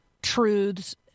Truths